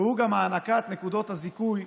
והוא הענקת נקודות הזיכוי